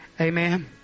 Amen